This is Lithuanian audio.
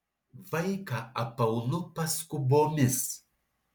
vaiką apaunu paskubomis